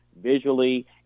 visually